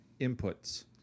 inputs